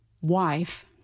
wife